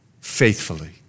faithfully